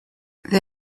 they